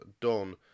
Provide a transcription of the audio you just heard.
done